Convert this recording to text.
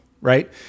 right